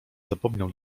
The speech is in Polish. zapomniał